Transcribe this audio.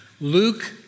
Luke